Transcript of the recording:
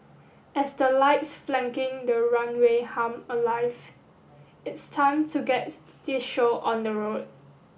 as the lights flanking the runway hum alive it's time to get this show on the road